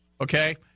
Okay